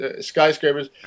Skyscrapers